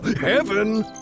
heaven